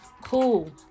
cool